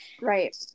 Right